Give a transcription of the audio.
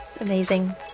Amazing